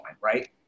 right